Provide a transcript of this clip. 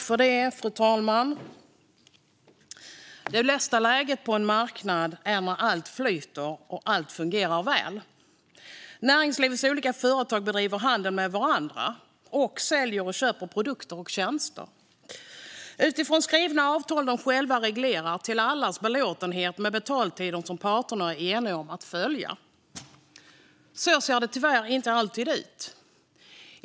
Fru talman! Det bästa läget på en marknad är när allt flyter och allt fungerar väl. Näringslivets olika företag bedriver handel med varandra och säljer och köper produkter och tjänster utifrån skrivna avtal de själva reglerar till allas belåtenhet och med betaltider som parterna är eniga om att följa. Så ser det ju tyvärr inte alltid ut.